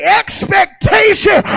expectation